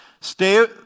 Stay